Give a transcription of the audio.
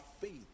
faith